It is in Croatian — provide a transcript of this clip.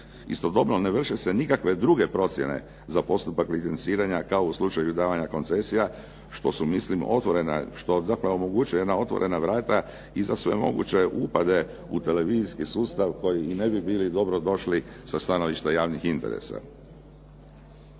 Istodobno ne vrše se nikakve druge procjene za postupak licenciranja kao u slučaju davanja koncesija, što su mislim otvorena, što zapravo omogućuje jedna otvorena vrata i za sve moguće upade u televizijski sustav koji i ne bi bili dobrodošli sa stanovišta javnih interesa.